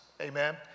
amen